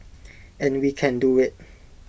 and we can do IT